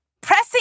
Pressing